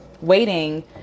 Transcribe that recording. waiting